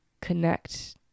connect